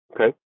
Okay